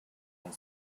and